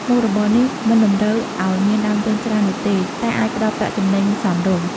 មុខរបរនេះមិនតម្រូវឲ្យមានដើមទុនច្រើននោះទេ តែអាចផ្ដល់ប្រាក់ចំណេញសមរម្យ។